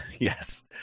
Yes